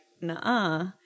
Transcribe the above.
nah